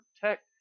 protect